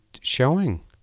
showing